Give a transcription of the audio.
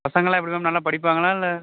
பசங்களாம் எப்படி மேம் நல்லா படிப்பாங்களா இல்லை